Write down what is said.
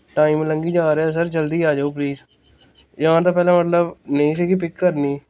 time ਲੰਘੀ ਜਾ ਰਿਹਾ ਸਰ ਜਲਦੀ ਆ ਜਾਓ ਪਲੀਜ਼ ਜਾਂ ਤਾਂ ਪਹਿਲਾਂ ਮਤਲਬ ਨਹੀਂ ਸੀਗੀ ਪਿੱਕ ਕਰਨੀ